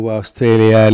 Australia